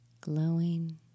glowing